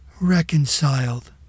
reconciled